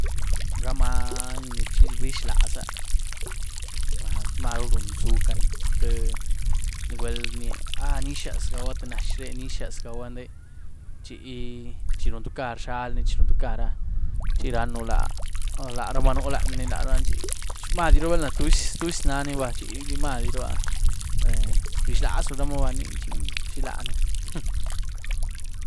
Ra many ni rbiexlaza máruh run bzhug gan, tié nugwel rnié "ah nizhaz gawa tié nazh re, nizhaz gawa ndéh" chi runtucar zhialní, chi runtucar ah, chi raën la-larumaa núh lany larani chi, mazdiru bal tuzy-tuzy naníbáh chi madiruáh rbiexlazumaa ní chigue xilaní.